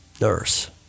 nurse